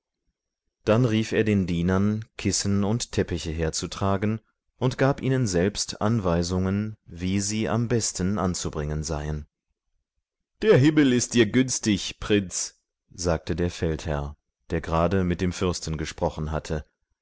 dann rief er den dienern kissen und teppiche herzutragen und gab ihnen selbst anweisungen wie sie am besten anzubringen seien der himmel ist dir günstig prinz sagte der feldherr der gerade mit dem fürsten gesprochen hatte